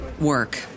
work